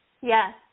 yes